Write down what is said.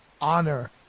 honor